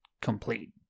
complete